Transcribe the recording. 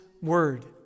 word